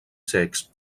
cecs